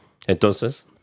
Entonces